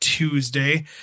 Tuesday